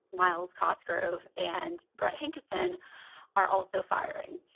miles cosgrove and brett hankerson are also firing.